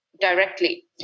directly